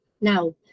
now